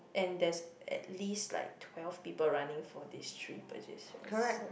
and there's at least like twelve people for these three positions so